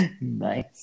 Nice